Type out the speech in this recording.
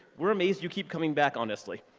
we're amazed you keep coming back honestly.